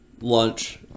lunch